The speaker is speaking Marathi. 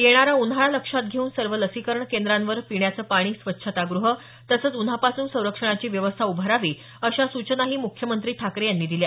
येणारा उन्हाळा लक्षात घेऊन सर्व लसीकरण केंद्रांवर पिण्याचं पाणी स्वच्छतागृह तसंच उन्हापासून संरक्षणाची व्यवस्था उभारावी अशा सूचनाही मुख्यमंत्री ठाकरे यांनी दिल्या